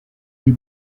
les